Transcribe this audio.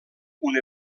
una